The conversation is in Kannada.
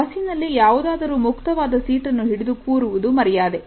ಬಸ್ಸಿನಲ್ಲಿ ಯಾವುದಾದರೂ ಮುಕ್ತವಾದ ಸೀಟನ್ನು ಹಿಡಿದು ಕೂರುವುದು ಮರ್ಯಾದೆ